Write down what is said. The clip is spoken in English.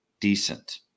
decent